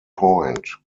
point